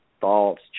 thoughts